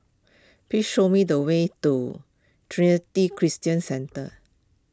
please show me the way to Trinity Christian Centre